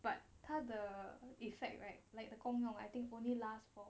but 他的 effect right like the 功用 know I think only last for